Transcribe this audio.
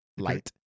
Light